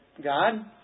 God